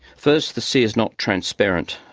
first, the sea is not transparent,